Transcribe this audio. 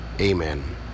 amen